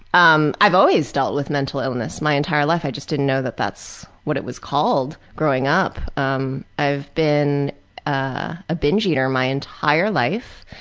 um i've always dealt with mental illness my entire life, i just didn't know that's what it was called, growing up. um, i've been a ah binge eater my entire life.